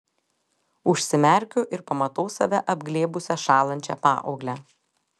užsimerkiu ir pamatau save apglėbusią šąlančią paauglę